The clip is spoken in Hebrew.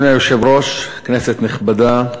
אדוני היושב-ראש, כנסת נכבדה,